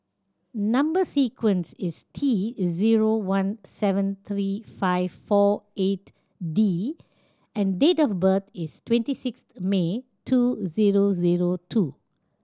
number sequence is T zero one seven three five four eight D and date of birth is twenty sixth May two zero zero two